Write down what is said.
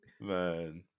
Man